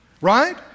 right